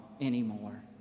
anymore